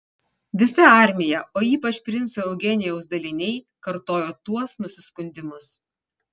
visa armija o ypač princo eugenijaus daliniai kartojo tuos nusiskundimus